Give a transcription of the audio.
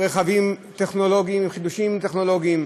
רשימת הדוברים סגורה.